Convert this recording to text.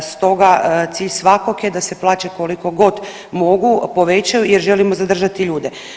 Stoga cilj svakog je da se plaće koliko god mogu povećaju jer želimo zadržati ljude.